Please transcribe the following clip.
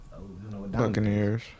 Buccaneers